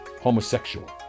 homosexual